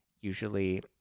Usually